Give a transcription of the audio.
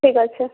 ঠিক আছে